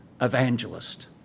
evangelist